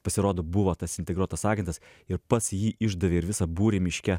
pasirodo buvo tas integruotas agentas ir pats jį išdavė ir visą būrį miške